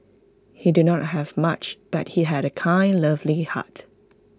he did not have much but he had A kind lovely heart